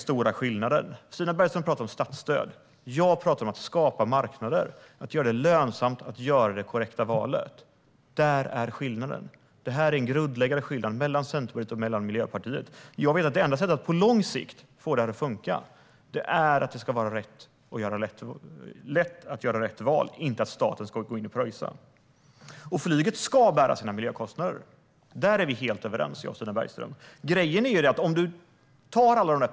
Stina Bergström talar om statsstöd, men jag talar om att skapa marknader, om att göra det lönsamt att göra det korrekta valet. Där är den grundläggande skillnaden mellan Centerpartiet och Miljöpartiet. Jag vet att det enda sättet att få det här att fungera på lång sikt är att det ska vara lätt att göra rätt val, inte att staten ska gå in och pröjsa. Flyget ska bära sina miljökostnader. Där är jag och Stina Bergström helt överens.